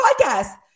podcast